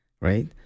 right